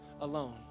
alone